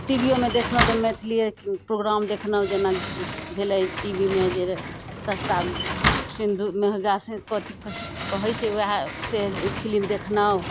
T V ओमे देखलहुँ तऽ मैथिलिए प्रोग्राम देखलहुँ जेना भेलै टी वी मे जे सस्ता सेनुर महगा कथी कहै छै वएह से फिलिम देखलहुँ